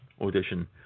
audition